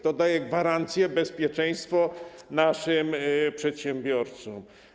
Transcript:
To daje gwarancję, bezpieczeństwo naszym przedsiębiorcom.